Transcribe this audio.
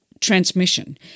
transmission